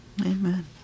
Amen